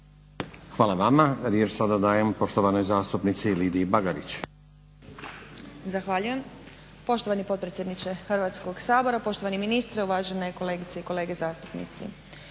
Hvala vama. Riječ sada dajem poštovanoj zastupnici Lidiji Bagarić. **Bagarić, Lidija (SDP)** Zahvaljujem poštovani potpredsjedniče Hrvatskog sabora, poštovani ministre, uvažene kolegice i kolege zastupnici.